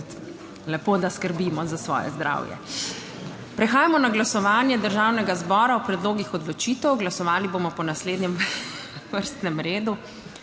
Lepo, da skrbimo za svoje zdravje. Prehajamo na glasovanje Državnega zbora o predlogih odločitev, glasovali bomo po naslednjem vrstnem redu